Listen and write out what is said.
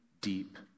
deep